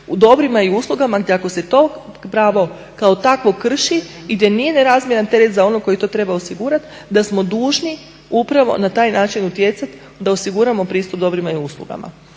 dobrima i uslugama, gdje ako se to pravo kao takvo krši i gdje nije nerazmjeran teret za onog koji to treba osigurati da smo dužni upravo na taj način utjecati da osiguramo pristup dobrima i uslugama.